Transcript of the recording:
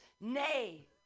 Nay